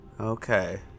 Okay